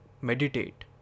Meditate